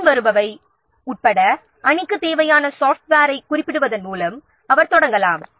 பின்வருபவை உட்பட அணிக்குத் தேவையான சாஃப்ட்வேரைக் குறிப்பிடுவதன் மூலம் அவர் தொடங்கலாம்